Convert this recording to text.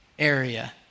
area